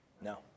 No